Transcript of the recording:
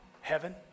Heaven